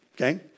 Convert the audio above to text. Okay